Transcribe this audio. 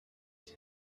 seen